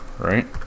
right